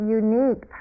unique